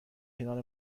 کنار